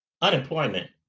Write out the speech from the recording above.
unemployment